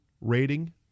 rating